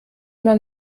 man